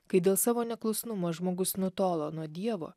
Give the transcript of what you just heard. kai dėl savo neklusnumo žmogus nutolo nuo dievo